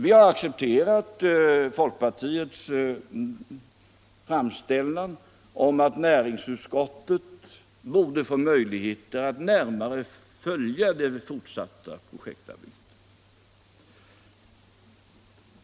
Vi har accepterat folkpartiets framställning om att näringsutskottet borde få möjligheter att närmare följa det fortsatta projektarbetet.